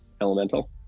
Elemental